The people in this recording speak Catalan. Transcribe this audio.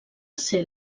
ser